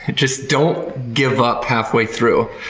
and just don't give up halfway through.